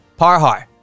Parhar